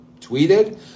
tweeted